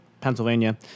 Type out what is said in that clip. Pennsylvania